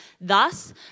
Thus